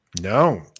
No